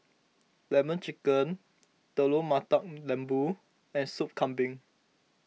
Lemon Chicken Telur Mata Lembu and Soup Kambing